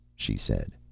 she said.